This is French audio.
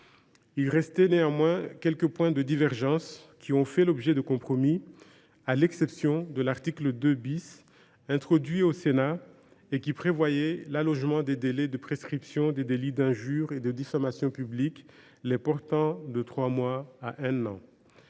Il restait néanmoins quelques points de divergence qui ont fait l’objet de compromis, à l’exception de l’article 2 , introduit au Sénat, qui prévoyait l’allongement des délais de prescription des délits d’injure et de diffamation publiques, pour les porter de trois mois à un an.